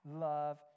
love